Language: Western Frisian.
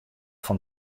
fan